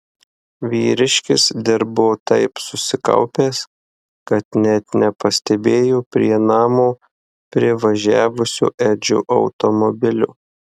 vyriškis dirbo taip susikaupęs kad net nepastebėjo prie namo privažiavusio edžio automobilio